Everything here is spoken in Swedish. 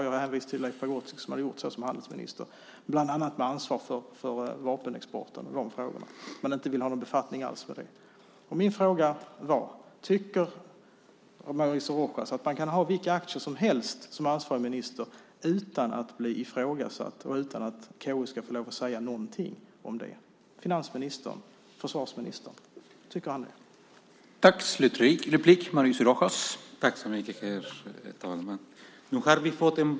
Jag hänvisade till Leif Pagrotsky, som hade gjort så som handelsminister, bland annat med ansvar för vapenexporten och de frågorna. Man ville inte ha någon befattning alls med det. Min fråga var: Tycker Mauricio Rojas att man kan ha vilka aktier som helst som ansvarig minister utan att bli ifrågasatt och utan att KU ska få säga någonting om det, till exempel finansministern och försvarsministern?